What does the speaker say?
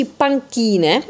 panchine